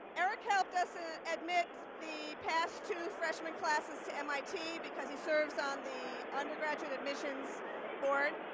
eric helped us admit the past two freshman classes to mit because he serves on the undergraduate admissions board.